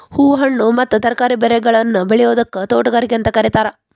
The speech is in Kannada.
ಹೂ, ಹಣ್ಣು ಮತ್ತ ತರಕಾರಿ ಬೆಳೆಗಳನ್ನ ಬೆಳಿಯೋದಕ್ಕ ತೋಟಗಾರಿಕೆ ಅಂತ ಕರೇತಾರ